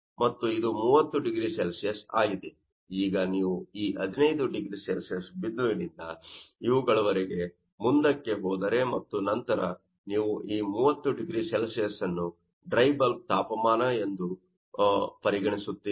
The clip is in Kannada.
ಈಗ ನೀವು ಈ 15 0C ಬಿಂದುವಿನಿಂದ ಇವುಗಳವರೆಗೆ ಮುಂದಕ್ಕೆ ಹೋದರೆ ಮತ್ತು ನಂತರ ನೀವು ಈ 30 0C ಅನ್ನು ಡ್ರೈ ಬಲ್ಬ್ ತಾಪಮಾನ ಎಂದು ಪರಿಗಣಿಸುತ್ತೀರಿ